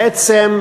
בעצם,